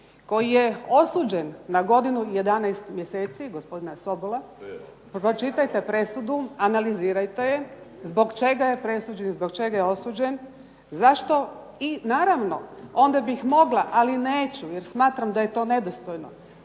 koji je osuđen na godinu i 11 mjeseci, gospodina Sobola pročitajte presudu, analizirajte se zbog čega je presuđen, zbog čega je osuđen, i zašto, naravno onda bih mogla ali neću jer smatram da je to nedostojno